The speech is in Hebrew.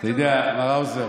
מר האוזר,